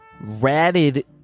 ratted